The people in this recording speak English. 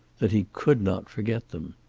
that he could not forget them.